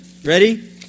Ready